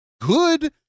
good